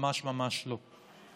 ממש ממש לא.